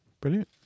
Brilliant